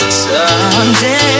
someday